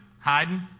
Hiding